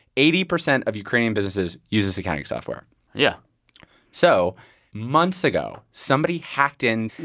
eighty percent of ukrainian businesses use this accounting software yeah so months ago, somebody hacked in,